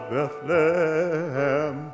Bethlehem